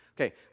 Okay